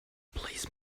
please